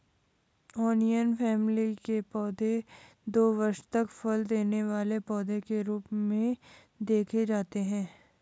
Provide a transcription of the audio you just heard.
onion family के पौधे दो वर्ष तक फल देने वाले पौधे के रूप में देखे जाते हैं